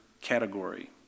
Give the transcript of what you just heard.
category